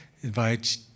invite